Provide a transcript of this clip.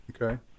Okay